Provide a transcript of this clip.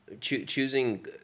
Choosing